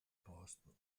posto